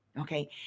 Okay